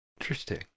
Interesting